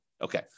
Okay